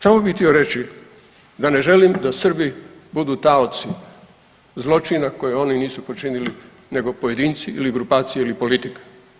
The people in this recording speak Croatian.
Samo bi htio reći da ne želim da Srbi budu taoci zločina koji oni nisu počinili nego pojedinci ili grupacije ili politika.